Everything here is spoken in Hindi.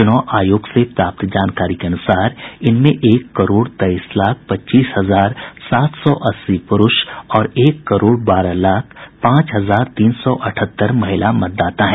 चुनाव आयोग से प्राप्त जानकारी के अनुसार इनमें एक करोड़ तेईस लाख पच्चीस हजार सात सौ अस्सी पुरूष और एक करोड़ बारह लाख पांच हजार तीन सौ अठहत्तर महिला मतदाता हैं